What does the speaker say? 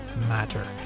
matter